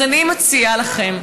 אז אני מציעה לכם,